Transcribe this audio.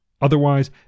Otherwise